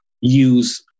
use